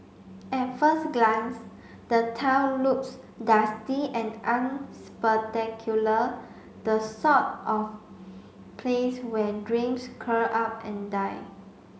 at first glance the town looks dusty and unspectacular the sort of place where dreams curl up and die